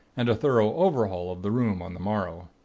and a thorough overhaul of the room on the morrow.